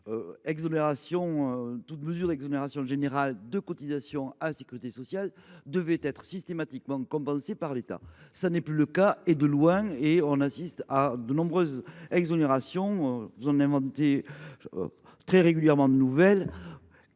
selon lequel toute mesure d’exonération générale de cotisations à la sécurité sociale devrait systématiquement être compensée par l’État. Cela n’est plus le cas, loin de là ! On assiste à de nombreuses exonérations. Vous en inventez très régulièrement de nouvelles,